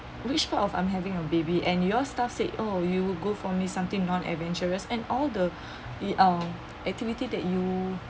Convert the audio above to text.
which part of I'm having a baby and your staff said oh you will go for me something non adventurous and all the mm activity that you